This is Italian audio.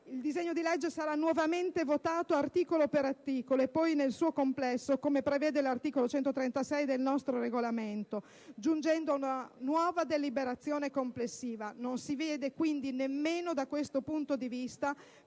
il disegno di legge sarà nuovamente votato - articolo per articolo e poi nel suo complesso, come prevede l'articolo il comma 2 dell'articolo 136 del nostro Regolamento - giungendo ad una nuova deliberazione complessiva. Non si vede quindi nemmeno da questo punto di vista